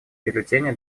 бюллетени